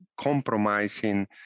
compromising